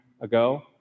ago